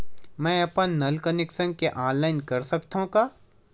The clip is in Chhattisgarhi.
मैं अपन नल कनेक्शन के ऑनलाइन कर सकथव का?